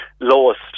lowest